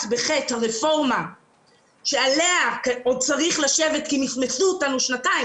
הרפורמה שעליה עוד צריך לשבת כי מסמסו אותנו שנתיים,